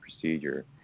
procedure